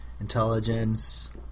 intelligence